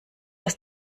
das